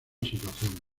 situación